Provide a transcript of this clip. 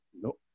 no